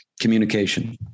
communication